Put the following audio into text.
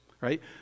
right